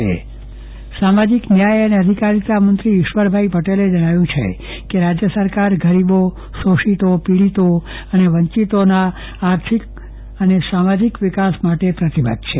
Chandravadan Pattani budget માંગણી સામાજિક ન્યાય અને અધિકારીતા મંત્રીશ્રી ઇશ્વરભાઇ પટેલે જણાવ્યું છે કે રાજય સરકાર ગરીબો શોષિતો પીડીતો અને વંચિતોના આર્થિક અને સામાજિક વિકાસ માટે પ્રતિબદ્ધ છે